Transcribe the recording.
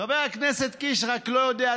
חבר הכנסת קיש רק לא יודע,